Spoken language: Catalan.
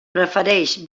prefereix